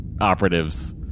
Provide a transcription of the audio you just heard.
operatives